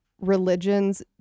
religions